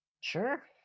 Sure